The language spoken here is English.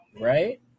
Right